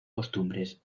costumbres